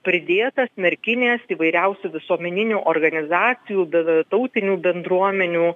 pridėtas merkinės įvairiausių visuomeninių organizacijų bei tautinių bendruomenių